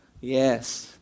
Yes